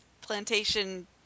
plantation